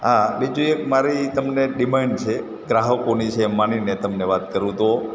હા બીજું એક મારી તમને એક ડીમાન્ડ છે ગ્રાહકોની છે એમ માનીને તમને વાત કરું તો